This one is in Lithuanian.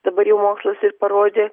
dabar jau mokslas ir parodė